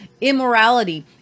immorality